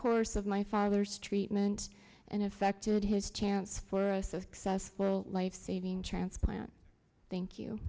course of my father's treatment and effected his chance for a successful life saving transplant thank you